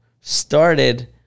started